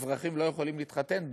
אזרחים לא יכולים להתחתן בה.